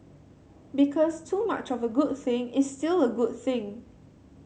because too much of a good thing is still a good thing